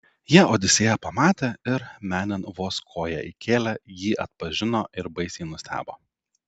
jie odisėją pamatė ir menėn vos koją įkėlę jį atpažino ir baisiai nustebo